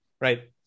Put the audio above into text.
right